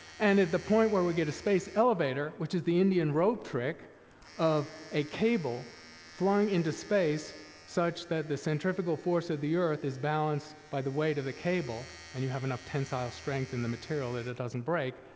and at the point where we get a space elevator, which is the indian rope trick of a cable flying flying into space such that the centrifugal force of the earth is balanced by the weight of the cable and you have enough tensile strength in the material that it doesn't break,